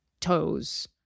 toes